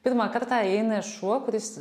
pirmą kartą įeina šuo kuris